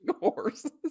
horses